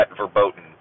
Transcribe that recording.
verboten